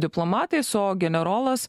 diplomatais o generolas